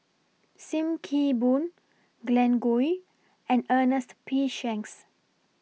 SIM Kee Boon Glen Goei and Ernest P Shanks